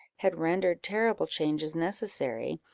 had rendered terrible changes necessary,